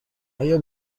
آیا